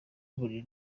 buri